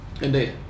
Indeed